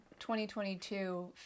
2022